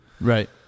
Right